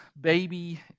baby